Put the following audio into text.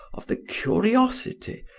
of the curiosity,